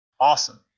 awesome